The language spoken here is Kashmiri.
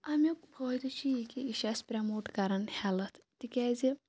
اَمیُک فٲیِدٕ چھُ یہٕ کہِ یہِ چھُ اسہِ پرٛیٚموٹ کَران ہیٚلٕتھ تِکیازِ